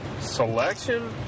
selection